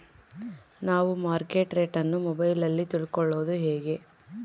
ನಾವು market rate ಅನ್ನು ಮೊಬೈಲಲ್ಲಿ ತಿಳ್ಕಳೋದು ಹೇಗೆ?